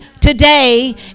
today